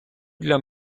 для